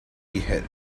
beheaded